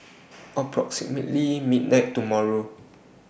approximately midnight tomorrow